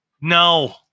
No